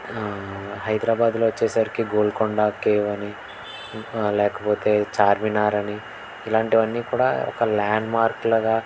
హైదరాబాదులో వచ్చేసరికి గోల్కొండ కేవ్ అని లేకపోతే చార్మినార్ అని ఇలాంటివన్నీ కూడా ఒక ల్యాండ్మార్క్లుగా